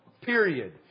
Period